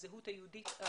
הזהות היהודית,